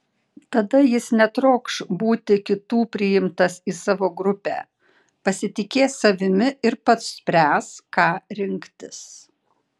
tada jis netrokš būti kitų priimtas į savo grupę pasitikės savimi ir pats spręs ką rinktis